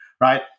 right